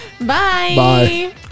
Bye